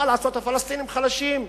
מה לעשות, הפלסטינים חלשים.